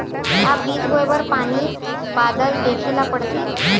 का बीज बोय बर पानी बादल देखेला पड़थे?